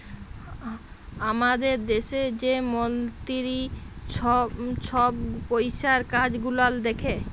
আমাদের দ্যাশে যে মলতিরি ছহব পইসার কাজ গুলাল দ্যাখে